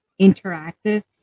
interactive